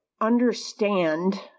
understand